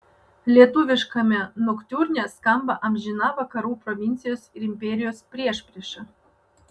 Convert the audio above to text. lietuviškame noktiurne skamba amžina vakarų provincijos ir imperijos priešprieša